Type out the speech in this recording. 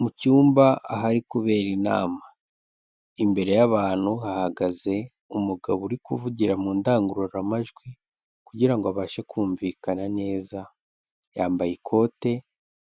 Mu cyumba ahari kubera inama imbere y'abantu hahagaze umugabo uri kuvugira mu ndangururamajwi kugira ngo abashe kumvikana neza, yambaye ikote